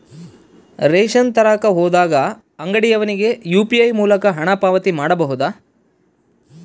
Ration ತರಕ ಹೋದಾಗ ಅಂಗಡಿಯವನಿಗೆ ಯು.ಪಿ.ಐ ಮೂಲಕ ಹಣ ಪಾವತಿ ಮಾಡಬಹುದಾ?